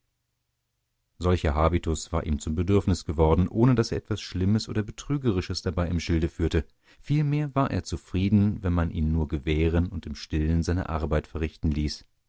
solcher habitus war ihm zum bedürfnis geworden ohne daß er etwas schlimmes oder betrügerisches dabei im schilde führte vielmehr war er zufrieden wenn man ihn nur gewähren und im stillen seine arbeit verrichten ließ